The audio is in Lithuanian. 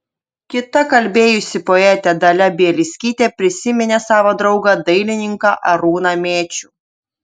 kita kalbėjusi poetė dalia bielskytė prisiminė savo draugą dailininką arūną mėčių